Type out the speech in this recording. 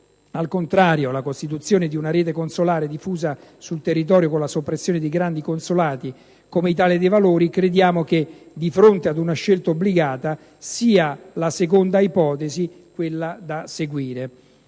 al contrario, la costituzione di una rete consolare diffusa sul territorio con la soppressione dei grandi consolati, come Italia dei Valori crediamo che, di fronte ad una scelta obbligata, quella da seguire